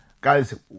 guys